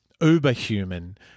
uber-human